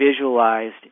visualized